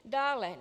Dále.